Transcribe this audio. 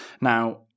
Now